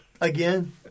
Again